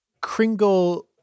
Kringle